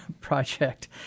project